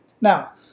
Now